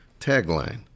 tagline